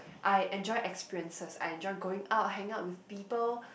I enjoy experiences I enjoy going out hang out with people